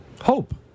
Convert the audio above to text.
Hope